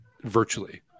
virtually